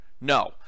No